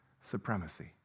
supremacy